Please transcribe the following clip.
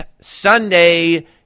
Sunday